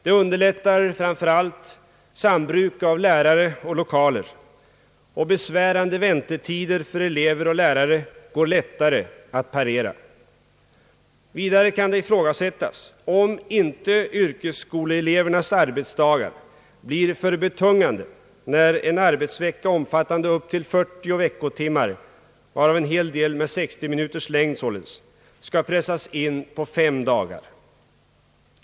Det underlättar framför allt sambruk av lärare och lo kaler, och besvärande väntetider för elever och lärare går lättare att parera. Vidare kan det ifrågasättas om inte yrkesskolelevernas arbetsdagar blir alltför betungande när en arbetsvecka omfattande upp till 40 lektioner, varav en hel del med 60 minuters längd, skall pressas in på fem dagar.